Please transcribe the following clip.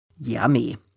Yummy